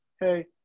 Hey